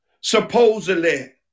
supposedly